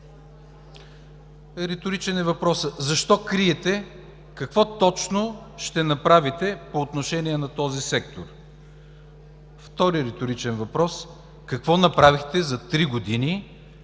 Реторичен е въпросът: защо криете какво точно ще направите по отношение на този сектор? Вторият реторичен въпрос е какво направихте за три години